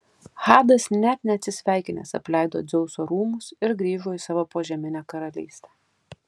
hadas net neatsisveikinęs apleido dzeuso rūmus ir grįžo į savo požeminę karalystę